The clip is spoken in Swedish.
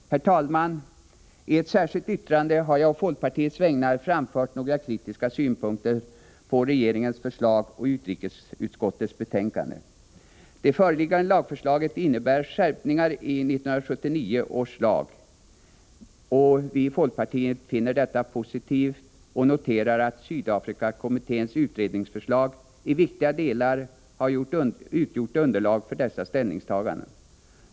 Herr talman! I ett särskilt yttrande har jag, å folkpartiets vägnar, framfört några kritiska synpunkter på regeringens förslag och utrikesutskottets betänkande. Det föreliggande lagförslaget innebär skärpningar i 1979 års lag. Vi i folkpartiet finner detta positivt och noterar att Sydafrikakommitténs utredningsförslag i viktiga delar har utgjort underlag för dessa ställningstaganden.